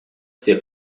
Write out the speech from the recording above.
тех